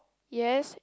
yes